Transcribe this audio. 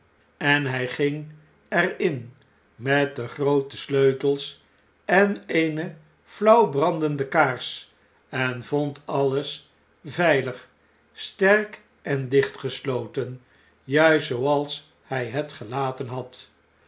en hij ging er in met de groote sleutels en eene flauw brandende kaars en vond alles veilig sterk en dichtgeslotenjuistzooals by het gelaten had